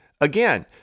Again